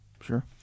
sure